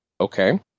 Okay